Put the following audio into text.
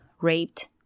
raped